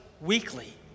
weekly